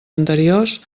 anteriors